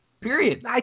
Period